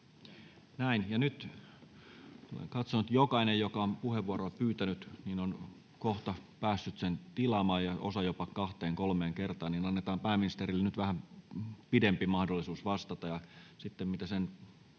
Nyt kun olen katsonut, että jokainen, joka on puheenvuoroa pyytänyt, on kohta päässyt sen tilaamaan ja osa jopa kahteen kolmeen kertaan, niin annetaan pääministerille vähän pidempi mahdollisuus vastata.